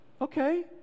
Okay